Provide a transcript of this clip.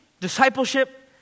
discipleship